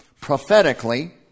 prophetically